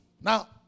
Now